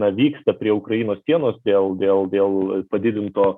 na vyksta prie ukrainos sienos dėl dėl dėl padidinto